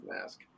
mask